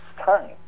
time